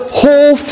whole